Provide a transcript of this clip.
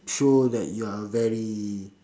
show that you're a very